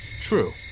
True